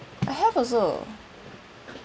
I have also